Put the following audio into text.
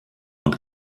und